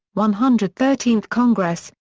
one hundred thirteenth congress,